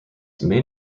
main